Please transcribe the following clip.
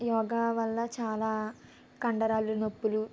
యోగా వల్ల చాలా కండరాలు నొప్పులు